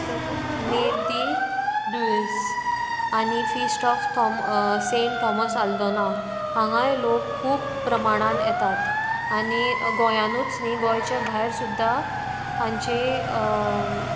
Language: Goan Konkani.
कितें तें मे दी ड्यूयस आनी फिस्ट ऑफ थॉम सेंट थॉमस हाल्दोणा हांगाय लोक खूब प्रमाणान येतात आनी गोंयानूच न्ही गोंयच्या भायर सुद्दा हांचें